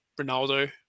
Ronaldo